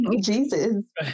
Jesus